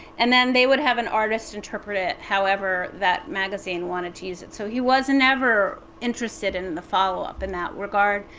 and then they would have an artist interpret it however that magazine wanted to use it. so he was never interested in the follow-up in that regard.